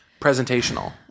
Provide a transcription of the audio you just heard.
presentational